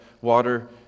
water